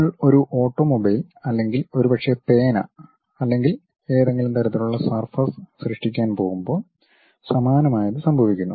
നിങ്ങൾ ഒരു ഓട്ടോമൊബൈൽ അല്ലെങ്കിൽ ഒരുപക്ഷേ പേന അല്ലെങ്കിൽ ഏതെങ്കിലും തരത്തിലുള്ള സർഫസ് സൃഷ്ടിക്കാൻ പോകുമ്പോൾ സമാനമായത് സംഭവിക്കുന്നു